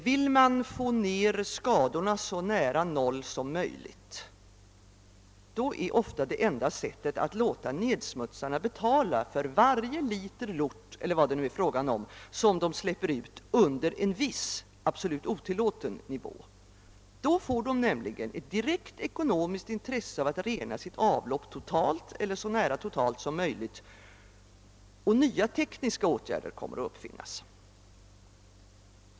Vill man nedbringa skadorna så nära noll som möjligt är ofta det enda sättet att låta nedsmutsarna betala för varje liter lort, eller vad det nu är fråga om, som de släpper ut över en viss tillåten nivå. Då får de nämligen ett direkt ekonomiskt intresse av att rena sitt avlopp totalt eller så nära totalt som möjligt, och nya tekniska åtgärder kommer att uppfinnas.